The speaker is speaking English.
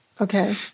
okay